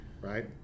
right